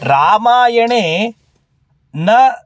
रामायणे न